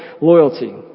loyalty